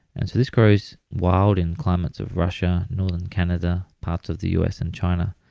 and so this grows wild in climates of russia, northern canada, parts of the us and china,